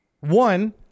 One